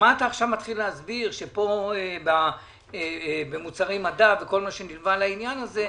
למה אתה מתחיל עכשיו להסביר על מוצרי מדף וכל מה נלווה לעניין הזה?